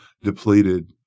depleted